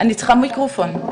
אני רוצה לספר את הסיפור עם